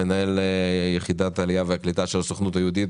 מנהל יחידת העלייה והקליטה של הסוכנות היהודית,